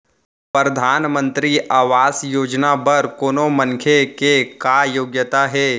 परधानमंतरी आवास योजना बर कोनो मनखे के का योग्यता हे?